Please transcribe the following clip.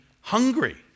hungry